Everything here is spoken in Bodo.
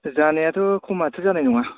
जानायाथ खमाथ' जानाय नङा